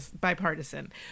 bipartisan